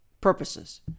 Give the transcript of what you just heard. purposes